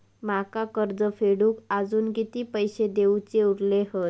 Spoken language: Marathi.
माका कर्ज फेडूक आजुन किती पैशे देऊचे उरले हत?